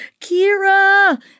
Kira